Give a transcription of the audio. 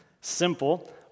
simple